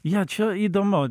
jo čia įdomu